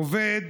עובד